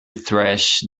thresh